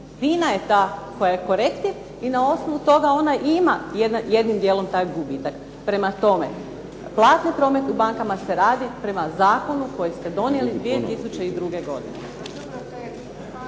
je ta koja je korektiv i na osnovu toga ona ima jednim dijelom taj gubitak. Prema tome, platni promet u bankama se radi prema zakonu koji ste donijeli 2002. godine.